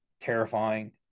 terrifying